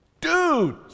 dude